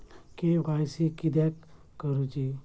KYC किदयाक करूची?